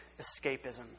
escapism